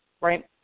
right